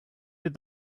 did